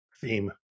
theme